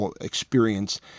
experience